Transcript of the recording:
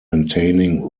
maintaining